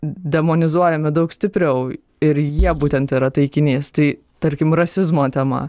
demonizuojami daug stipriau ir jie būtent yra taikinys tai tarkim rasizmo tema